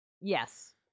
Yes